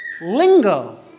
lingo